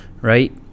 right